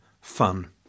fun